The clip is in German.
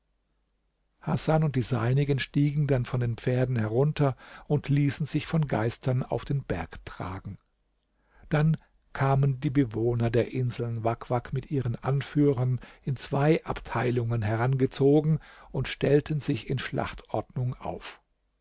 und die seinigen stiegen dann von den pferden herunter und ließen sich von geistern auf den berg tragen dann kamen die bewohner der inseln wak wak mit ihren anführern in zwei abteilungen herangezogen und stellten sich in schlachtordnung auf